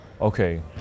okay